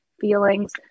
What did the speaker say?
feelings